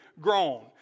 grown